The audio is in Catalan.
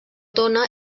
tona